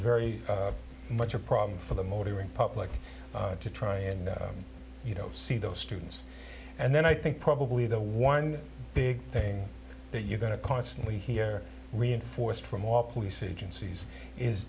very much a problem for the motoring public to try and you know see those students and then i think probably the one big thing that you're going to constantly hear reinforced from all police agencies is